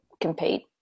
compete